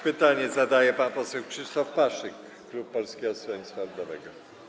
Pytanie zadaje pan poseł Krzysztof Paszyk, klub Polskiego Stronnictwa Ludowego.